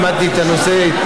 כמנהיג.